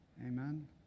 Amen